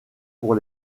pour